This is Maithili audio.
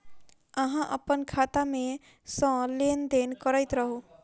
अहाँ अप्पन खाता मे सँ लेन देन करैत रहू?